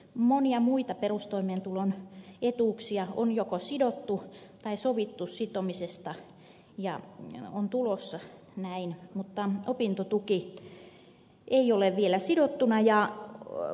monia muita perustoimeentulon etuuksia on joko sidottu tai on sovittu sitomisesta ja niitä on tulossa mutta opintotuki ei ole vielä sidottuna